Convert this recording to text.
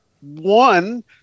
one